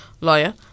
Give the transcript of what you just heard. lawyer